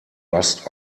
rust